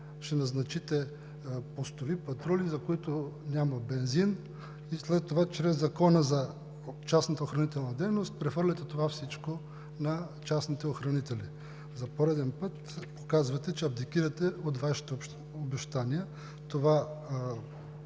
ще назначите постови патрули, за които няма бензин, и след това чрез Закона за частната охранителна дейност прехвърляте всичко това на частните охранители. За пореден път казвате, че абдикирате от Вашите обещания. Това